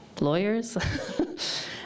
lawyers